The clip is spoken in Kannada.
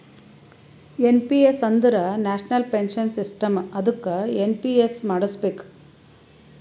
ಎನ್ ಪಿ ಎಸ್ ಅಂದುರ್ ನ್ಯಾಷನಲ್ ಪೆನ್ಶನ್ ಸಿಸ್ಟಮ್ ಅದ್ದುಕ ಎನ್.ಪಿ.ಎಸ್ ಮಾಡುಸ್ಬೇಕ್